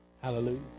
Hallelujah